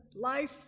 life